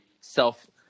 self